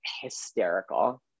hysterical